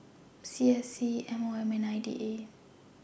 C S C M O M and I D A